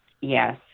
Yes